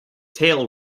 tail